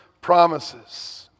promises